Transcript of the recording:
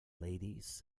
ladies